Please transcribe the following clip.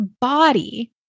body